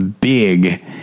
big